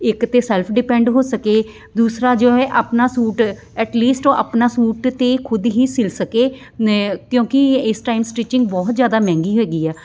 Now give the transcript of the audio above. ਇੱਕ ਤਾਂ self depend ਹੋ ਸਕੇ ਦੂਸਰਾ ਜੋ ਹੈ ਆਪਣਾ ਸੂਟ ਐਟਲੀਸਟ ਉਹ ਆਪਣਾ ਸੂਟ ਤਾਂ ਖੁਦ ਹੀ ਸਿਲ ਸਕੇ ਨ ਕਿਉਂਕਿ ਇਸ ਟਾਈਮ ਸਟਿਚਿੰਗ ਬਹੁਤ ਜ਼ਿਆਦਾ ਮਹਿੰਗੀ ਹੈਗੀ ਆ